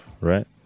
right